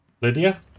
Lydia